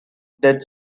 dead